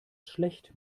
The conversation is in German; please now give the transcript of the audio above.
schlecht